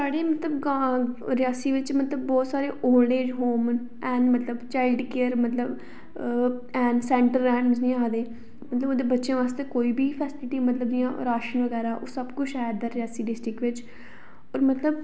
साढ़ी मतलब ग्रां रियासी बिच मतलब बहुत सारे ओल्ड ऐज होम न हैन मतलब चाइल्ड केयर मतलब हैन सेंटर हैन अबा दे मतलब उंदे बच्चें आस्तै कोई बी फेसीलिटी मतलब राशन बगैरा सब कुछ ऐ इद्धर रियासी डिस्ट्रिक्ट बिच और मतलब